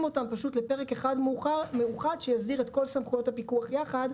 אותם לפרק אחד מאוחד שיסדיר את כל סמכויות הפיקוח יחד.